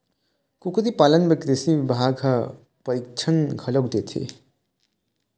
कुकरी पालन बर कृषि बिभाग ह परसिक्छन घलोक देथे